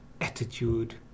attitude